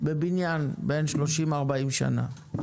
בבניין בן 30 40 שנה.